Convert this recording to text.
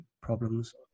problems